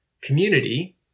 community